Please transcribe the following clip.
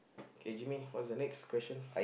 K give me what's the next question